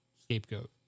scapegoat